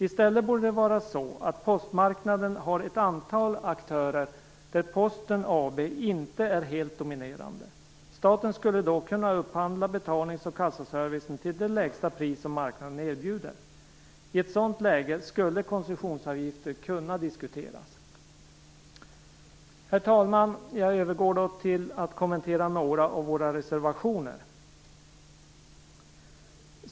I stället borde det vara så att postmarknaden har ett antal aktörer varav Posten AB inte är helt dominerande. Staten skulle då kunna upphandla betalnings och kassaservicen till det lägsta pris som marknaden erbjuder. I ett sådant läge skulle koncessionsavgifter kunna diskuteras. Herr talman! Jag övergår så till att kommentera några av våra reservationer.